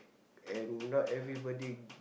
and not everybody